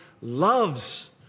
loves